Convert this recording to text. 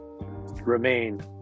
remain